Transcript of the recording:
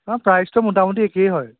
অঁ প্ৰাইচটো মোটামুটি একেই হয়